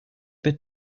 bit